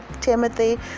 Timothy